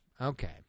Okay